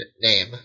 name